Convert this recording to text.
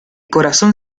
corazón